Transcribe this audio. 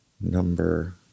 number